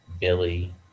Billy